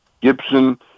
Gibson